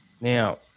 Now